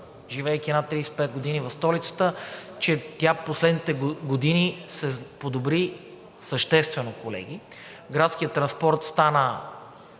живеейки над 35 г. в столицата, че в последните години тя се подобри съществено. Градският транспорт стана